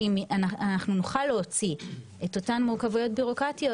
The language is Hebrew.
שאם נוכל להוציא את אותן מורכבויות בירוקרטיות,